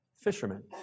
Fishermen